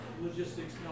Logistics